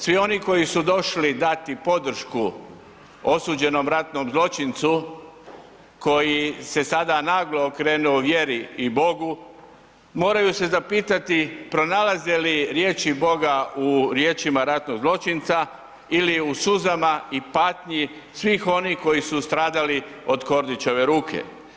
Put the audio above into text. Svi oni koji su došli dati podršku osuđenom ratnom zločincu koji se sada naglo okrenuo vjeri i Bogu, moraju se zapitati pronalaze li riječi Boga u riječima ratnog zločinca ili u suzama i patnji svih onih koji su stradali od Kordićeve ruke.